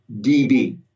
dB